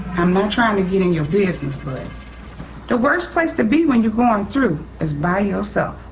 i'm not trying to get in your business but the worst place to be when you're going through is by yourself.